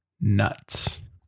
nuts